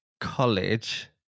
college